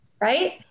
right